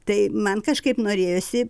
tai man kažkaip norėjosi